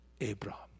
Abraham